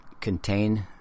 contain